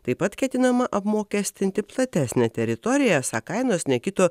taip pat ketinama apmokestinti platesnę teritoriją esą kainos nekito